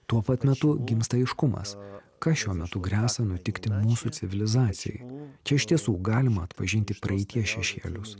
tuo pat metu gimsta aiškumas kas šiuo metu gresia nutikti mūsų civilizacijai čia iš tiesų galima atpažinti praeities šešėlius